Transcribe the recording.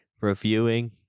reviewing